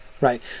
right